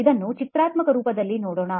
ಇದನ್ನು ಚಿತ್ರಾತ್ಮಕ ರೂಪದಲ್ಲಿ ನೋಡೋಣ